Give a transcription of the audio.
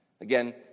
Again